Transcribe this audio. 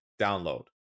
download